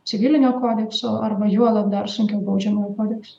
civilinio kodekso arba juolab dar sunkiau baudžiamojo kodekso